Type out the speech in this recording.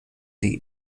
die